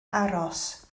aros